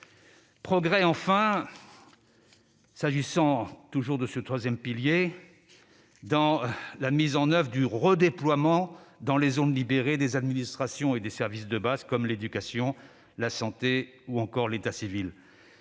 progrès, s'agissant toujours de ce troisième pilier, dans la mise en oeuvre du redéploiement dans les zones libérées des administrations et des services de base, comme l'éducation, la santé ou encore l'état civil.